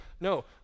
No